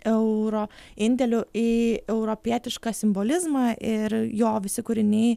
euro indėliu į europietišką simbolizmą ir jo visi kūriniai